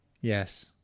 Yes